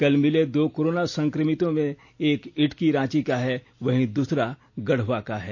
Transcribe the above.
कल मिले दो कोरोना संक्रमितों में एक इटकी रांची का है वहीं दूसरा गढ़वा का है